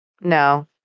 No